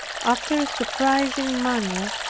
after a surprising manner,